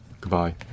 Goodbye